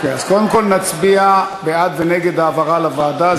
אז קודם כול נצביע בעד או נגד העברה לוועדה.